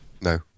No